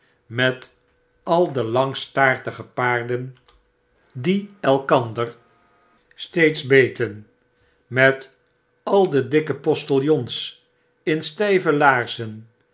met al de langstaartige paarden die i wpllp ovekdrukken elkander steeds beten met al de dikke postiljons in stflve laarzen